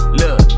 look